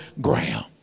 ground